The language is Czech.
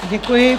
Děkuji.